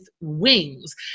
wings